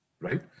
Right